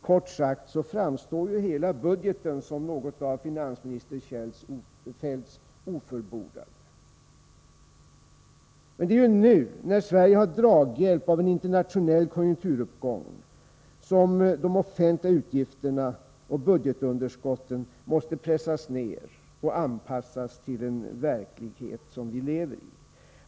Kort sagt framstår hela budgeten som något av finansminister Feldts ofullbordade. Men det är ju nu — när Sverige har draghjälp av en internationell konjunkturuppgång — som de offentliga utgifterna och budgetunderskottet måste pressas ner och anpassas till den verklighet som vi lever i.